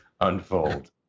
unfold